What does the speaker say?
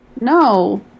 No